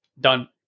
done